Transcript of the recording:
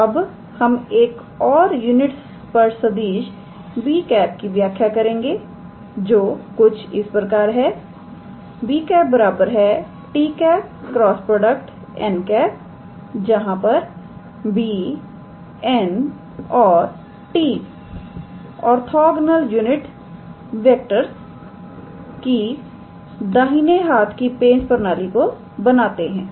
तो अब हम एक और यूनिट सदिश 𝑏̂ की व्याख्या करेंगे जो कुछ इस प्रकार है 𝑏̂ 𝑡̂× 𝑛̂ जहां पर 𝑏̂ 𝑛̂ और 𝑡̂ ऑर्थोगनल यूनिट वेक्टर्स की दाहिनी हाथ की प्रणाली को बनाते हैं